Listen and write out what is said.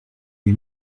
oui